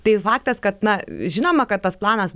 tai faktas kad na žinoma kad tas planas